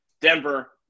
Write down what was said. Denver